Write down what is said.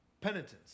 penitence